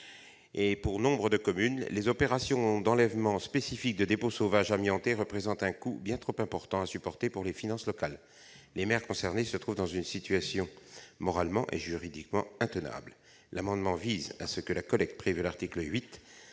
Pour nombre de communes, les opérations spécifiques d'enlèvement des dépôts sauvages amiantés représentent un coût bien trop important à supporter pour les finances locales. Les maires concernés se trouvent dans une situation moralement et juridiquement intenable. L'amendement vise à ce que la collecte prévue à l'article 8